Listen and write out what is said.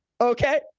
okay